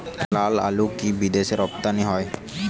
লালআলু কি বিদেশে রপ্তানি হয়?